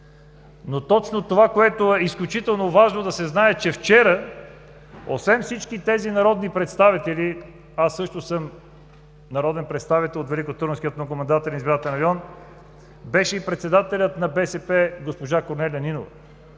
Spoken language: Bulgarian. Точно това, което е изключително важно да се знае, е, че вчера освен всички тези народни представители, аз също съм народен представител от Великотърновски многомандатен избирателен район, беше и председателят на БСП госпожа Корнелия Нинова.